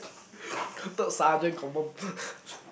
third sergeant confirm